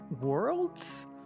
worlds